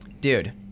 Dude